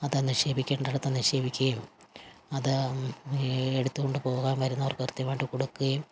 അത് നിക്ഷേപിക്കേണ്ടയിടത്ത് നിക്ഷേപിക്കുകയും അത് എടുത്തുകൊണ്ടുപോകാൻ വരുന്നവർക്ക് കൃത്യമായിട്ട് കൊടുക്കുകയും